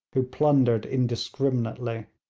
who plundered indiscriminately